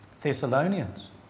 Thessalonians